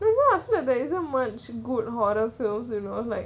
that's why I feel like there isn't much good horror films you know was like